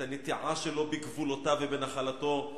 את הנטיעה שלו בגבולותיו ובנחלתו,